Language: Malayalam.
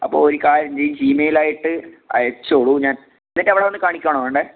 അപ്പോൾ ഒരു കാര്യം ചെയ്യ് ജിമെയിലായിട്ട് അയച്ചോളു ഞാൻ എന്നിട്ട് അവിടെ വന്ന് കാണിക്കുക ആണോ വേണ്ടത്